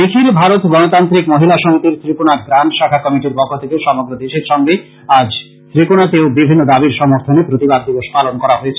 নিখিল ভারত গনতান্ত্রিক মহিলা সমিতির শ্রীকোনা গ্রান্ট শাখা কমিটির পক্ষ থেকে সমগ্র দেশের সঙ্গে আজ শ্রীকোনাতেও বিভিন্ন দাবীর সর্মথনে প্রতিবাদ দিবস পালন করা হয়েছে